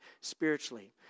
spiritually